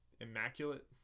immaculate